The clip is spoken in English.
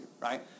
right